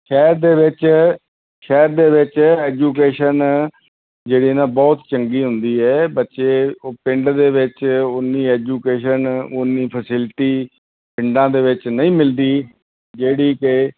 ਸ਼ਹਿਰ ਦੇ ਵਿੱਚ ਸ਼ਹਿਰ ਦੇ ਵਿੱਚ ਐਜੂਕੇਸ਼ਨ ਜਿਹੜੀ ਨਾ ਬਹੁਤ ਚੰਗੀ ਹੁੰਦੀ ਹੈ ਬੱਚੇ ਉਹ ਪਿੰਡ ਦੇ ਵਿੱਚ ਉੱਨੀ ਐਜੂਕੇਸ਼ਨ ਉੱਨੀ ਫੈਸਿਲਿਟੀ ਪਿੰਡਾਂ ਦੇ ਵਿੱਚ ਨਹੀਂ ਮਿਲਦੀ ਜਿਹੜੀ ਕਿ